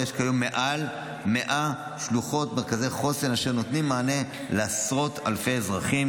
יש כיום מעל 100 שלוחות מרכזי חוסן אשר נותנות מענה לעשרות אלפי אזרחים,